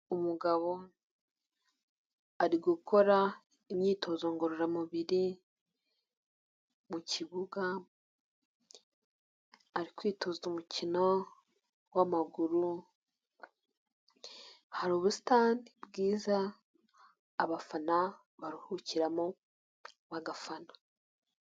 Umugabo ari gukora imyitozo ngororamubiri mu kibuga ari kwitoza umukino w'amaguru, hari ubusitani bwiza abafana baruhukiramo bagafana.